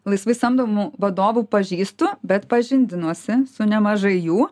laisvai samdomų vadovų pažįstu bet pažindinuosi su nemažai jų